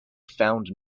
found